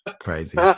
crazy